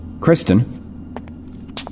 Kristen